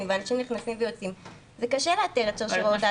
ואנשים נכנסים ויוצאים זה קשה לאתר את שרשראות ההדבקה.